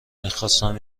میخواستم